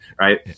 right